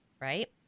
right